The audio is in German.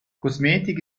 kosmetik